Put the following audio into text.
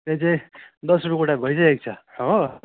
त्यो चाहिँ दस रुप्पे गोटा भइरहेको छ हो